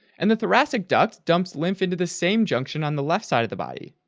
and the thoracic duct dumps lymph into the same junction on the left side of the body.